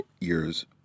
years